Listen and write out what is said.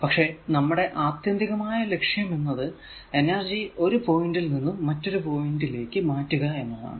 പക്ഷെ നമ്മുടെ ആത്യന്തികമായ ലക്ഷ്യം എന്നത് എനർജി ഒരു പോയിന്റ് ൽ നിന്നും മറ്റൊരു പോയിന്റ് ലേക്ക് മാറ്റുക എന്നതാണ്